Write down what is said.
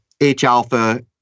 H-alpha